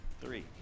Three